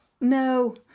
no